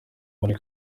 muri